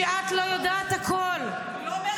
שאת לא יודעת הכול -- אני לא אומרת את זה.